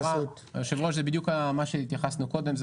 היושב-ראש, זה בדיוק מה שהתייחסנו קודם.